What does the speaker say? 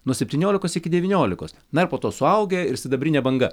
nuo septyniolikos iki devyniolikos na ir po to suaugę ir sidabrinė banga